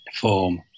form